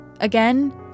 Again